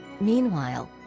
Meanwhile